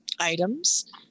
items